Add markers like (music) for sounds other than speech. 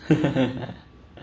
(laughs)